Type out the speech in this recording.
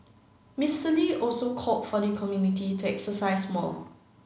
Mister Lee also called for the community to exercise more